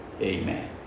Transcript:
Amen